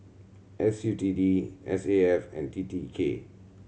S U T D S A F and T T K